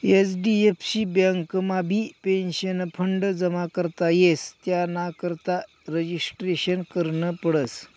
HDFC बँकमाबी pension fund जमा करता येस त्यानाकरता रजिस्ट्रेशन करनं पडस